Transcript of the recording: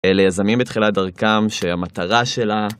אלה יזמים בתחילת דרכם שהמטרה שלה...